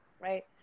Right